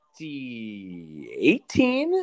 2018